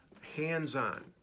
Hands-on